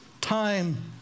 time